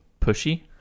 Pushy